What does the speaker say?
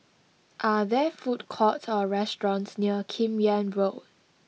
are there food courts or restaurants near Kim Yam Road